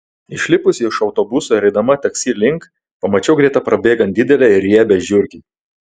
išlipusi iš autobuso ir eidama taksi link pamačiau greta prabėgant didelę ir riebią žiurkę